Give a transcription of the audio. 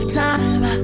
time